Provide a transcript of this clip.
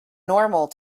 normal